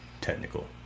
technical